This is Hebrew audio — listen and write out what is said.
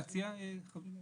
זה מופיע בסעיף אחר.